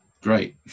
great